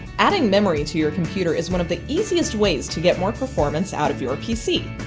adding memory to your computer is one of the easiest ways to get more performance out of your pc.